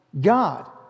God